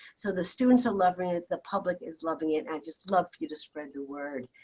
so the students are loving it. the public is loving it. and i'd just love for you to spread the word.